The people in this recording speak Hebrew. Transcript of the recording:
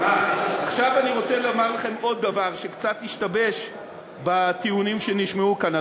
עכשיו אני רוצה לומר לכם עוד דבר שקצת השתבש בטיעונים שנשמעו כאן,